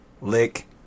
lick